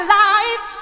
life